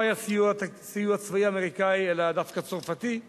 לא היה סיוע צבאי אמריקני אלא דווקא צרפתי,